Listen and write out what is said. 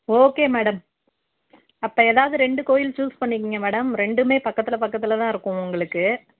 okay madam அப்போ ஏதாவது ரெண்டு கோயில் சூஸ் பண்ணிக்கங்க மேடம் ரெண்டுமே பக்கத்தில் பக்கத்தில்தான் இருக்கும் உங்களுக்கு